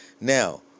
Now